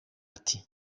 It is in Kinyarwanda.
ati